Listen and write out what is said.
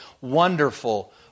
wonderful